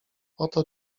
oto